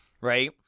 Right